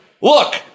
Look